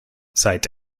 seit